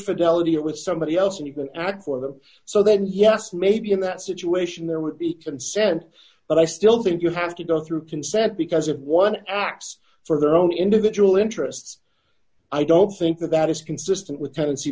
fidelity or with somebody else and you can act for them so then yes maybe in that situation there would be consent but i still think you have to go through consent because of one x for their own individual interests i don't think that that is consistent with tenancy